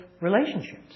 relationships